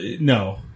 No